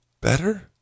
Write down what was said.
better